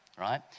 right